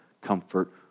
comfort